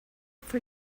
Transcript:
for